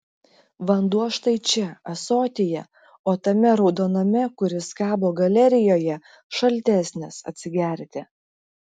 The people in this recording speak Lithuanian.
vanduo štai čia ąsotyje o tame raudoname kuris kabo galerijoje šaltesnis atsigerti